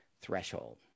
threshold